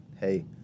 hey